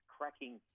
cracking